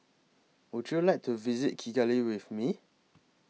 Would YOU like to visit Kigali with Me